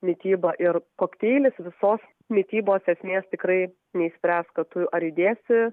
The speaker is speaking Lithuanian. mityba ir kokteilis visos mitybos esmės tikrai neišspręs kad ar įdėsi